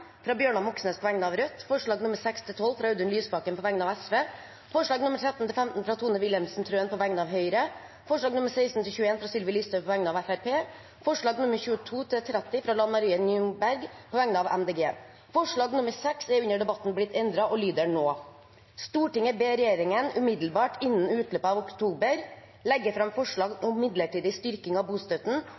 fra Bjørnar Moxnes på vegne av Rødt forslagene nr. 6–12, fra Audun Lysbakken på vegne av Sosialistisk Venstreparti forslagene nr. 13–15, fra Tone Wilhelmsen Trøen på vegne av Høyre forslagene nr. 16–21, fra Sylvi Listhaug på vegne av Fremskrittspartiet forslagene nr. 22–30, fra Lan Marie Nguyen Berg på vegne av Miljøpartiet De Grønne Forslag nr. 6 er under debatten blitt endret og lyder nå: «Stortinget ber regjeringen umiddelbart, innen utløpet av oktober, legge fram forslag om midlertidig styrking av bostøtten